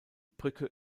brücke